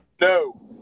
no